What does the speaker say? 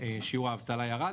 ושיעור האבטלה ירד,